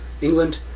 England